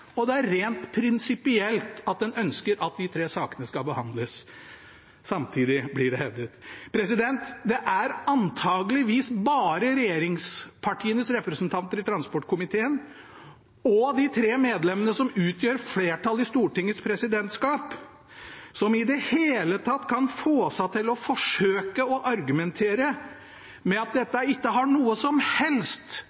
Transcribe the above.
og det er rent prinsipielt at man ønsker at de tre sakene skal behandles samtidig, blir det hevdet. Det er antakeligvis bare regjeringspartienes representanter i transportkomiteen og de tre medlemmene som utgjør flertallet i Stortingets presidentskap, som i det hele tatt kan få seg til å forsøke å argumentere med at